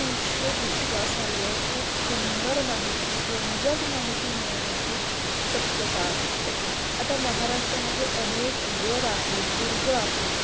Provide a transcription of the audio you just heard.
अतिशय विश्वासार्ह खूप सुंदर माहिती रंजक माहिती मिळण्याची शक्यता असते आता महाराष्ट्रामध्येे अनेक गड आहेत दुर्ग आहेत